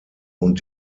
und